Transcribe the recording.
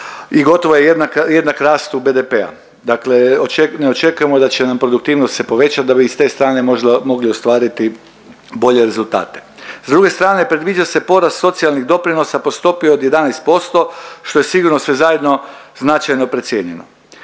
i gotovo je jednak rastu BDP-a, dakle ne očekujemo da će nam produktivnost se povećati da bi i s te strane možda mogli ostvariti bolje rezultate. S druge strane, predviđa se porast socijalnih doprinosa po stopi od 11%, što je sigurno sve zajedno značajno precijenjeno.